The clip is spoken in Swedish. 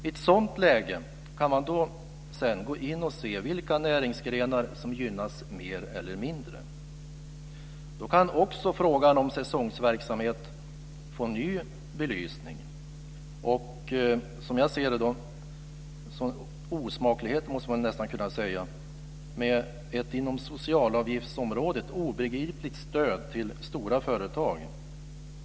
I ett sådant läge kan man sedan gå in och se vilka näringsgrenar som gynnas mer eller mindre. Då kan också frågan om säsongsverksamhet få en ny belysning. Som jag ser det är det osmakligt med ett inom socialavgiftsområdet obegripligt stöd till stora företag.